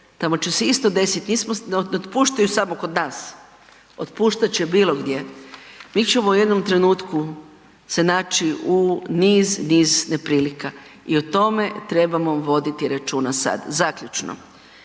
Tamo će se isto desiti. Ne otpuštaju samo kod nas. Otpuštat će bilo gdje. Mi ćemo u jednom trenutku se naći u niz, niz neprilika i o tome trebamo voditi računa. Sada zaključno.